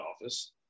office